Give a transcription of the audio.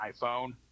iPhone